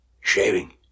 shaving